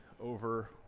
over